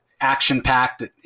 action-packed